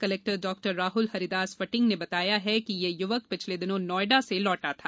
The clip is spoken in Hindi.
कलेक्टर डॉ राहुल हरिदास फटिंग ने बताया है कि यह युवक पिछले दिनों नोएडा से लौटा था